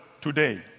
today